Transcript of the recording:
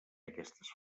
aquestes